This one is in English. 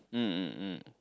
um um um